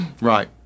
Right